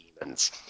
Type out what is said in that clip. demons